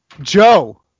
Joe